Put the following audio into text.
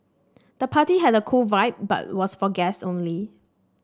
the party had a cool vibe but was for guests only